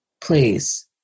please